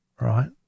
right